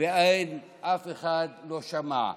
ואף אחד לא שמע.